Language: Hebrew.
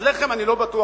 אז לחם אני לא בטוח,